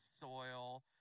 soil